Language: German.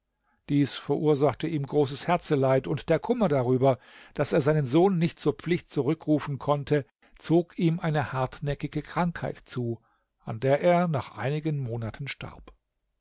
dies verursachte ihm großes herzeleid und der kummer darüber daß er seinen sohn nicht zur pflicht zurückrufen konnte zog ihm eine hartnäckige krankheit zu an der er nach einigen monaten starb